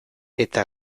eta